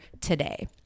today